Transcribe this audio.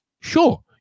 sure